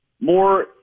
more